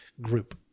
group